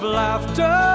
laughter